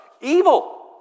evil